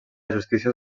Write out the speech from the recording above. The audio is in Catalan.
justícia